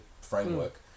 framework